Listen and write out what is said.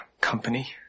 company